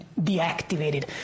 deactivated